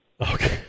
Okay